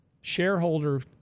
shareholder